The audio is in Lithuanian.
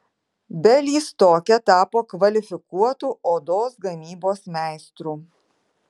bialystoke tapo kvalifikuotu odos gamybos meistru